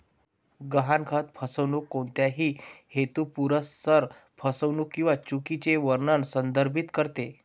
गहाणखत फसवणूक कोणत्याही हेतुपुरस्सर फसवणूक किंवा चुकीचे वर्णन संदर्भित करते